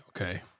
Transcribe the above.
Okay